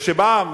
וכשהוא בא,